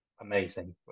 amazing